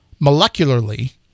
molecularly